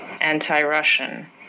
anti-Russian